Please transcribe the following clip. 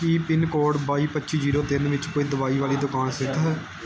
ਕੀ pincode ਬਾਈ ਪੱਚੀ zero ਤਿੰਨ ਵਿੱਚ ਕੋਈ ਦਵਾਈ ਵਾਲੀ ਦੁਕਾਨ ਸਥਿਤ ਹੈ